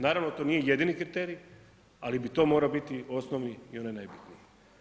Naravno, to nije jedini kriterij, ali bi to morao biti osnovni i onaj najbitniji.